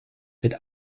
mit